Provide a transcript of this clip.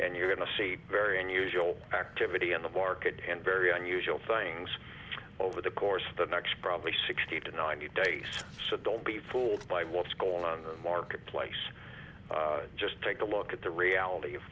and you're going to see very unusual activity in the market and very unusual things over the course of the next probably sixty to ninety days so don't be fooled by what's going on the marketplace just take a look at the reality of